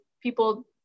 people